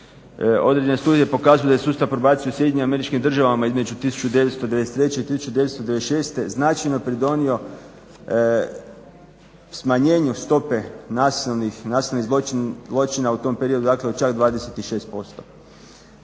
Određene studije pokazuju da je sustav probacije u SAD-u između 1993. i 1996. značajno pridonio smanjenju stope nasilnih zločina u tom periodu od čak 26%.